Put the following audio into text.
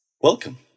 welcome